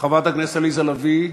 חברת הכנסת עליזה לביא,